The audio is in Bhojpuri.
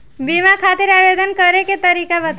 बीमा खातिर आवेदन करे के तरीका बताई?